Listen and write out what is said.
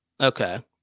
Okay